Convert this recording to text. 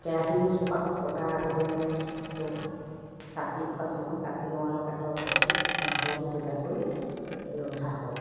কেৰাহীও পাত পতাৰ আগতেই মানে তো কাটি পাচলিকণ কাটি লওঁ আৰু কটাৰ পাছতেই মছলাবোৰ যোগাৰ কৰি ৰন্ধা হয়